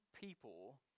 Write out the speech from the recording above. people